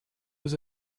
was